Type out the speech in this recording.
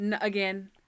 again